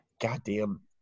goddamn